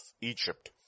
Egypt